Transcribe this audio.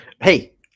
Hey